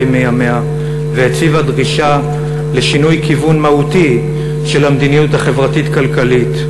מימיה והציבה דרישה לשינוי כיוון מהותי של המדיניות החברתית-כלכלית.